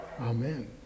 amen